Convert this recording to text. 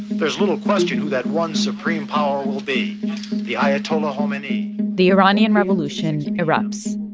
there's little question who that one supreme power will be the ayatollah khomeini the iranian revolution erupts.